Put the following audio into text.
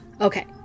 Okay